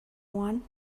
one